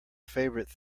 favorite